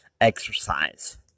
exercise